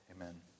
Amen